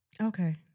Okay